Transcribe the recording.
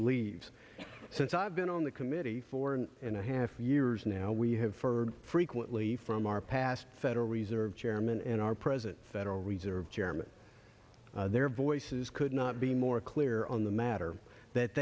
leaves since i've been on the committee four and a half years now we have fur frequently from our past federal reserve chairman and our present federal reserve chairman their voices could not be more clear on the matter that